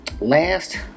last